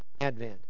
advent